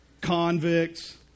convicts